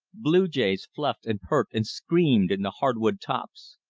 blue jays fluffed and perked and screamed in the hard-wood tops.